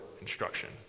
instruction